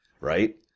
right